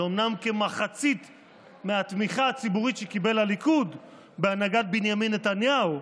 זה אומנם כמחצית מהתמיכה הציבורית שקיבל הליכוד בהנהגת בנימין נתניהו,